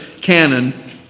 canon